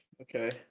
okay